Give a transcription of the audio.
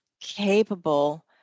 capable